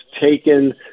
taken